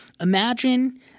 Imagine